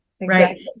right